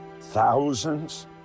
Thousands